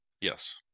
yes